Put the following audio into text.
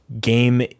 game